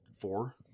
four